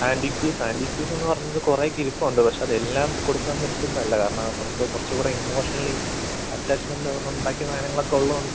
antique piece antique പീസെന്ന് പറഞ്ഞത് കുറേ ഇരിപ്പുണ്ട് പക്ഷെ അതെല്ലാം കൊടുക്കാൻ പറ്റുന്നതല്ല കാരണം ആ നമുക്ക് കുറച്ചു കൂടെ ഇമോഷണലി അറ്റാച്ച്മെൻ്റ് ഉണ്ടാക്കിയ സാധനങ്ങളൊക്കെ ഉള്ളതുകൊണ്ട്